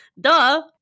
Duh